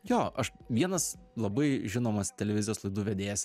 jo aš vienas labai žinomas televizijos laidų vedėjas